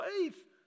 faith